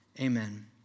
Amen